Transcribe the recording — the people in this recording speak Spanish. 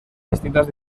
distintas